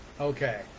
Okay